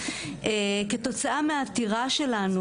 כתוצאה מהעתירה שלנו,